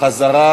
חזרה